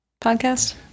Podcast